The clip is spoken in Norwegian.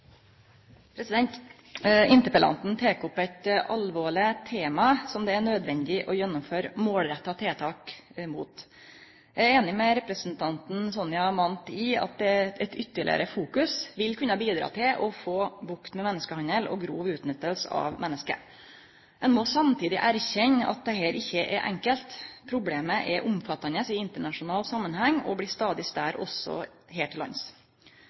i at ei ytterlegare fokusering vil kunne bidra til å få bukt med menneskehandel og grov utnytting av menneske. Ein må samtidig erkjenne at dette ikkje er enkelt. Problema er omfattande i internasjonal samanheng og blir stadig større også her til